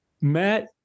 Matt